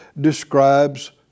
describes